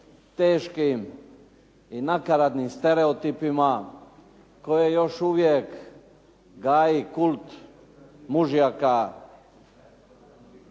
teškim i nakaradnim stereotipima, koje još uvijek gaji kult mužjaka